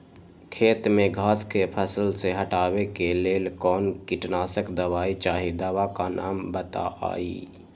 खेत में घास के फसल से हटावे के लेल कौन किटनाशक दवाई चाहि दवा का नाम बताआई?